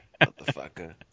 Motherfucker